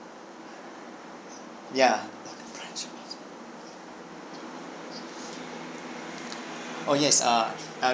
ya the branch oh yes uh uh